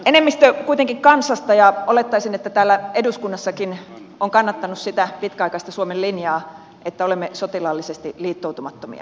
enemmistö kuitenkin kansasta ja olettaisin että täällä eduskunnassakin on kannattanut sitä pitkäaikaista suomen linjaa että olemme sotilaallisesti liittoutumattomia